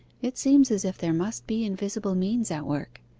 it seems as if there must be invisible means at work.